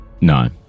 no